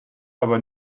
aber